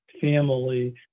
family